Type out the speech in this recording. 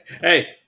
Hey